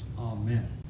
Amen